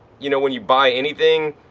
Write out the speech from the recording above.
you know, when you buy anything,